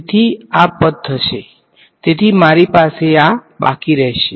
તેથી આ પદ થશે તેથી મારી પાસે આ બાકી રહેશે